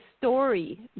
story